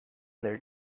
their